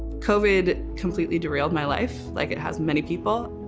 covid completely derailed my life like it has many people.